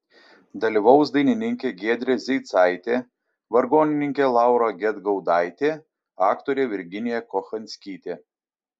dalyvaus dainininkė giedrė zeicaitė vargonininkė laura gedgaudaitė aktorė virginija kochanskytė